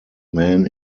men